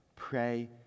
Pray